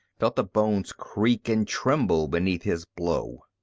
felt the bones creak and tremble beneath his blow.